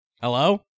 Hello